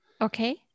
Okay